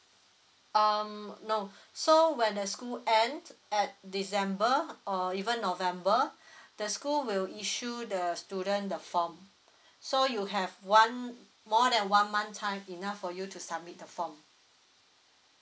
um no so when the school end at december or even november the school will issue the student the form so you have one more than one month time enough for you to submit the form